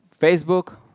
Facebook